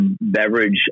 beverage